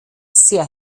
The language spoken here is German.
sehr